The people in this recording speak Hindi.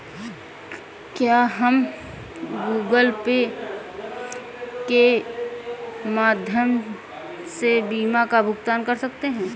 क्या हम गूगल पे के माध्यम से बीमा का भुगतान कर सकते हैं?